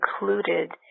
included